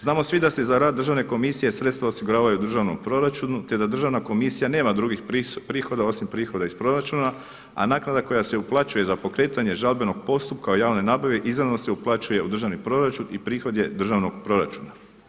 Znamo svi da da se za rad Državne komisije sredstva osiguravaju u državnom proračunu te da Državna komisija nema drugih prihoda osim prihoda iz proračuna a naknada koja se uplaćuje za pokretanje žalbenog postupka u javnoj nabavi izravno se uplaćuje u državni proračun i prihod je državnog proračuna.